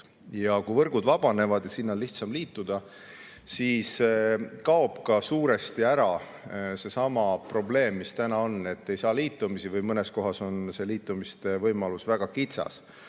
Ja kui võrgud vabanevad ja sinna on lihtsam liituda, siis kaob ka suuresti ära seesama probleem, mis praegu on, et ei saa liituda või mõnes kohas on see liitumiste võimalus väga kitsas.